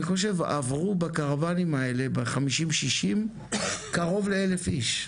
עברו בקרוואנים האלה קרוב ל-1000 איש.